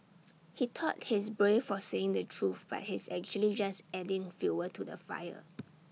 he thought he's brave for saying the truth but he's actually just adding fuel to the fire